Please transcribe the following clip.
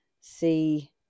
see